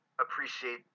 appreciate